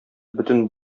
бөтен